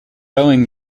rowing